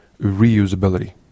reusability